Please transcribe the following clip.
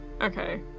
Okay